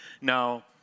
Now